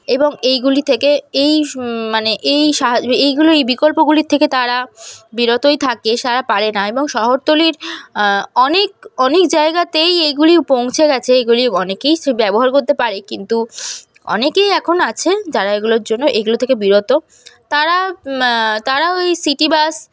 এবং এইগুলি থেকে এই মানে এই সাহা এইগুলো এই বিকল্পগুলির থেকে তারা বিরতই থাকে সারা পারে না এবং শহরতলীর অনেক অনেক জায়গাতেই এগুলি পৌঁছে গেছে এইগুলির অনেকেই সে ব্যবহার করতে পারে কিন্তু অনেকেই এখন আছেন যারা এগুলোর জন্য এগুলো থেকে বিরত তারা তারা ওই সিটি বাস